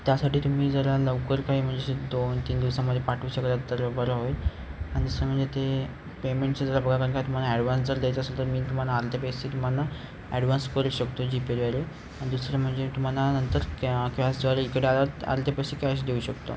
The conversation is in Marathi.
त्यासाठी तुम्ही जरा लवकर काही म्हणजे असे दोन तीन दिवसामध्ये पाठवू शकलात तर बरं होईल आणि दुसरं म्हणजे ते पेमेंटचं जरा बघा कारण का तुम्हाला ॲडव्हान्स जर द्यायचं असेल तर मी तुम्हाला आले होते पैसे तुम्हाला ॲडव्हान्स करू शकतो जी पेद्वारे आणि दुसरं म्हणजे तुम्हाला नंतर कॅ कॅशद्वारे इकडे आल्यावर आले होते पैसे कॅश देऊ शकतो